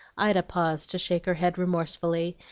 ida paused to shake her head remorsefully,